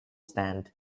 stand